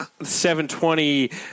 720